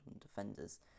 defenders